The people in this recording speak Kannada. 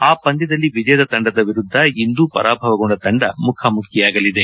ಆ ಪಂದ್ದದಲ್ಲಿ ವಿಜೇತ ತಂಡದ ವಿರುದ್ದ ಇಂದು ಪರಾಭವಗೊಂಡ ತಂಡ ಮುಖಾಮುಖಿಯಾಗಲಿದೆ